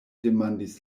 demandis